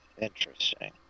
Interesting